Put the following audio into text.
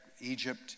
Egypt